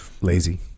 Lazy